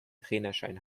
trainerschein